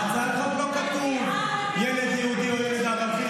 אסור לכם להזכיר את המילה,